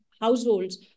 households